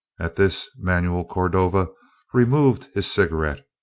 at this, manuel cordova removed his cigarette,